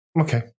Okay